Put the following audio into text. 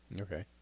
Okay